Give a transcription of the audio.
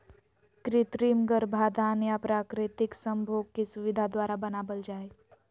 कृत्रिम गर्भाधान या प्राकृतिक संभोग की सुविधा द्वारा बनाबल जा हइ